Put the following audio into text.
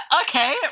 Okay